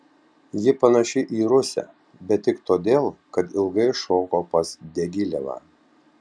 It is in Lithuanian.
ji panaši į rusę bet tik todėl kad ilgai šoko pas diagilevą